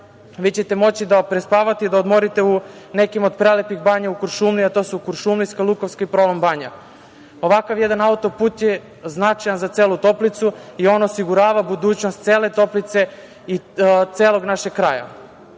vi ćete moći da prespavate i da odmorite u nekoj od prelepih banja u Kuršumliji, a to su: Kuršumlijska, Lukovska i Prolom banja. Ovakav jedan autoput je značajan za celu Toplicu i on osigurava budućnost cele Toplice i celog našeg kraja. Želim